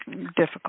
difficult